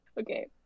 Okay